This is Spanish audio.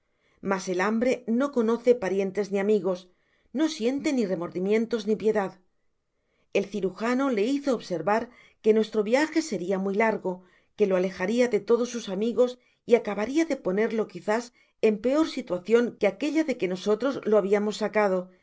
mas el hambre no conoce parientes ni amigos no siente ni remordimientos ni piedad el cirujano le hizo observar que nuestro viaje seria muy largo que lo alejaria de todos sus amigos y acabaria de ponerlo quizás en peor situacion que aquella de que nosotros lo habiamos sacado